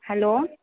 hello